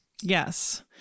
yes